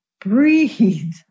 breathe